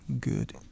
Good